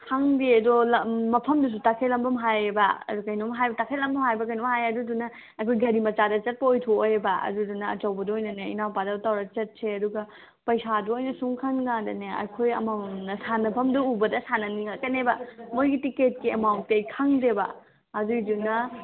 ꯈꯪꯗꯦ ꯑꯗꯣ ꯃꯐꯝꯗꯨꯁꯨ ꯇꯈꯦꯜꯂꯝꯕꯝ ꯍꯥꯏꯌꯦꯕ ꯑꯗꯨ ꯀꯩꯅꯣꯝ ꯍꯥꯏꯕ ꯇꯈꯦꯜꯂꯝꯕꯝ ꯍꯥꯏꯕ꯭ꯔ ꯀꯩꯅꯣꯝ ꯍꯥꯏꯌꯦ ꯑꯗꯨꯗꯨꯅ ꯑꯩꯈꯣꯏ ꯒꯥꯔꯤ ꯃꯆꯥꯗ ꯆꯠꯄ ꯑꯣꯏꯊꯣꯛꯑꯣꯏꯕ ꯑꯗꯨꯗꯨꯅ ꯑꯆꯧꯕꯗ ꯑꯣꯏꯅꯅꯦ ꯏꯅꯥꯎꯄꯗꯨ ꯇꯧꯔ ꯆꯠꯁꯦ ꯑꯗꯨꯒ ꯄꯩꯁꯥꯗꯣ ꯑꯩꯅ ꯁꯨꯝ ꯈꯟ ꯀꯥꯟꯗꯅꯦ ꯑꯩꯈꯣꯏ ꯑꯃꯃꯝꯅ ꯁꯥꯟꯅꯐꯝꯗꯨ ꯎꯕꯗ ꯁꯥꯟꯅꯅꯤꯡꯉꯛꯀꯅꯦꯕ ꯃꯣꯏꯒꯤ ꯇꯤꯀꯦꯠꯀꯤ ꯑꯦꯃꯥꯎꯟꯗꯤ ꯑꯩ ꯈꯪꯗꯦꯕ ꯑꯗꯨꯏꯗꯨꯅ